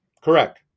Correct